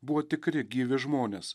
buvo tikri gyvi žmonės